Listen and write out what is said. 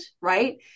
right